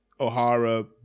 O'Hara